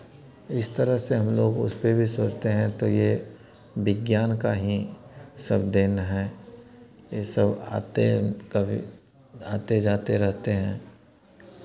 इस तरह से हम लोग उस पे भी सोचते हैं तो ये विज्ञान का ही सब देन है ये सब आते कभी आते जाते रहते हैं